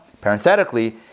Parenthetically